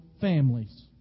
families